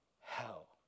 hell